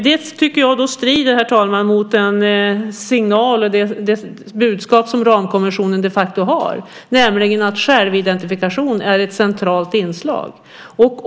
Det tycker jag strider mot den signal och det budskap som ramkonventionen de facto har, nämligen att självidentifikation är ett centralt inslag.